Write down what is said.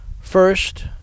First